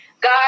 God